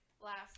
last